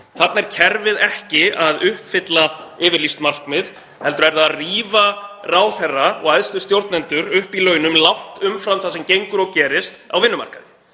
Þarna er kerfið ekki að upfylla yfirlýst markmið heldur er það að rífa ráðherra og æðstu stjórnendur upp í launum langt umfram það sem gengur og gerist á vinnumarkaði.